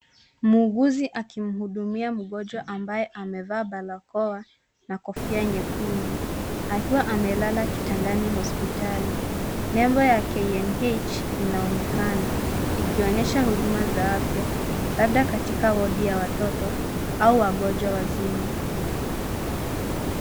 Muuguzi akimhudumia mgonjwa ambaye amevaa barakoa, na kofia nyekundu, akiwa amelala kitandani, hospitali. Nembo ya KNH , inaonekana, ikionyesha huduma za afya, labda katika wodi ya watoto, au wagonjwa wazima.